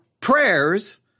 prayers